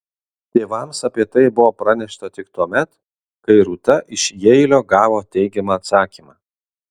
tėvams apie tai buvo pranešta tik tuomet kai rūta iš jeilio gavo teigiamą atsakymą